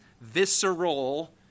visceral